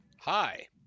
Hi